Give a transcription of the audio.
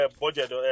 budget